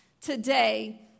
today